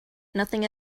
nothing